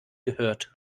gehört